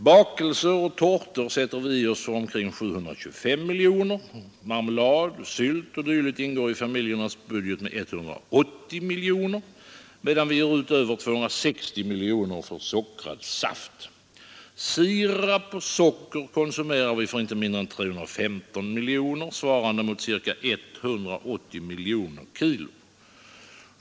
Bakelser och tårtor sätter vi i oss för omkring 725 miljoner. Marmelad, sylt o. d. ingår i familjernas budget med 180 miljoner, medan vi ger ut över 260 miljoner kronor för sockrad saft. Sirap och socker konsumerar vi för inte mindre än 315 miljoner, svarande mot cirka 180 miljoner kilogram.